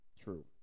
True